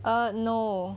err no